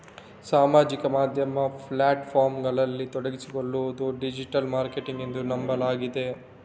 ಸಾಮಾಜಿಕ ಮಾಧ್ಯಮ ಪ್ಲಾಟ್ ಫಾರ್ಮುಗಳಲ್ಲಿ ತೊಡಗಿಸಿಕೊಳ್ಳುವುದು ಡಿಜಿಟಲ್ ಮಾರ್ಕೆಟಿಂಗ್ ಎಂದು ನಂಬಲಾಗಿದೆ